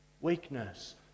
Weakness